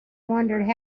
wondered